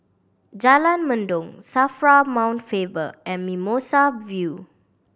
Jalan Mendong SAFRA Mount Faber and Mimosa View